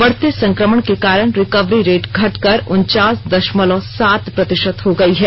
बढ़ते संक्रमण के कारण रिकवरी रेट घटकर उनचास द ामलव सात प्रति ात हो गई है